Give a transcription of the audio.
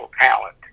talent